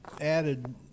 added